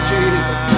Jesus